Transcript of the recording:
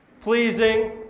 pleasing